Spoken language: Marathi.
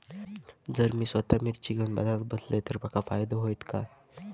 जर मी स्वतः मिर्ची घेवून बाजारात बसलय तर माका फायदो होयत काय?